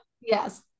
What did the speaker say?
Yes